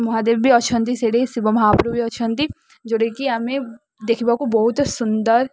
ମହାଦେବ ବି ଅଛନ୍ତି ସେଠି ଶିବ ମହାପ୍ରଭୁ ବି ଅଛନ୍ତି ଯେଉଁଟାକି ଆମେ ଦେଖିବାକୁ ବହୁତ ସୁନ୍ଦର